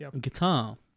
guitar